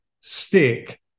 stick